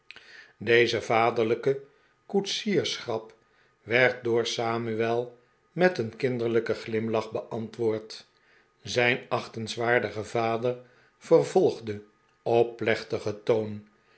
deze vaderlijke koetsiersgrap werd door samuel met een kinderlijken glimlach beantwoord zijn achtehswaardige vader vervolgde op plechtigen toon